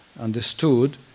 understood